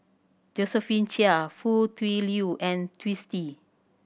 Josephine Chia Foo Tui Liew and Twisstii